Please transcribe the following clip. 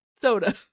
soda